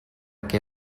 que